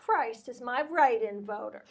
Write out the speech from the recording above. christ is my bright and voter